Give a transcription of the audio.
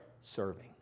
Serving